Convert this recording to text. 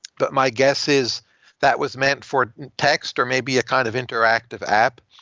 but my guess is that was meant for text or may be a kind of interactive app.